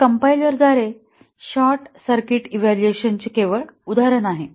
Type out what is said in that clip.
हे कंपाइलरद्वारे short circuit evaluation चे केवळ उदाहरण आहे